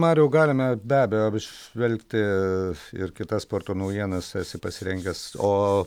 mariau galime be abejo apžvelgti ir kitas sporto naujienas esi pasirengęs o